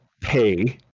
pay